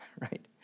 right